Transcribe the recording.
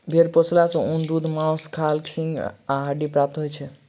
भेंड़ पोसला सॅ ऊन, दूध, मौंस, खाल, सींग आ हड्डी प्राप्त होइत छै